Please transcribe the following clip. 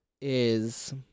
is-